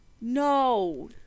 No